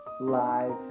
live